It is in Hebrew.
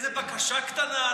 איזו בקשה קטנה,